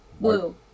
blue